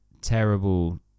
terrible